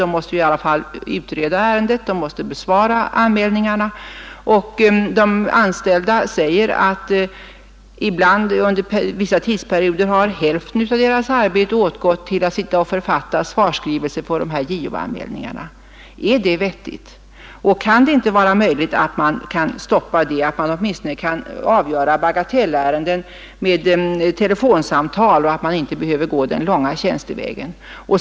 De måste i alla fall utreda ärendena och besvara anmälningarna. De anställda säger att under vissa tidsperioder har hälften av deras arbete gått åt till att författa svarsskrivelser på JO-anmälningarna. Är det vettigt? Kan man inte stoppa det, kan man inte avgöra åtminstone bagatellärenden med telefonsamtal så att man inte behöver gå den långa tjänstevägen?